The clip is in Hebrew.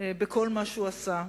בכל מה שהוא עשה,